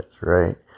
right